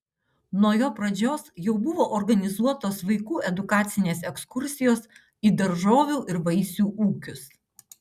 nuo jo pradžios jau buvo organizuotos vaikų edukacinės ekskursijos į daržovių ir vaisių ūkius